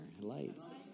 Lights